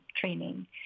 training